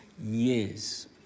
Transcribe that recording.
Years